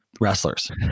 wrestlers